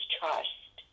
trust